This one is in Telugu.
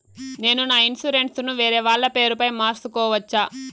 నేను నా ఇన్సూరెన్సు ను వేరేవాళ్ల పేరుపై మార్సుకోవచ్చా?